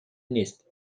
نیست